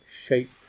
shape